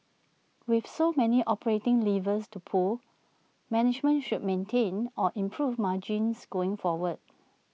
with so many operating levers to pull management should maintain or improve margins going forward